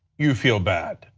you feel bad,